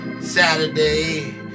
Saturday